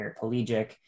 paraplegic